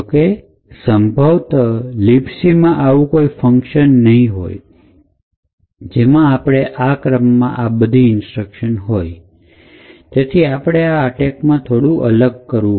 જોકે સંભવતઃ libc માં આવું કોઈ ફંકશન નહિ હોય કે જેમાં આ જ ક્રમમાં આ બધી ઇન્સ્ટ્રક્શન હોય તેથી આપણે એટકમાં થોડું અલગ કરીશું